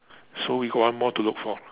so we got one more to look for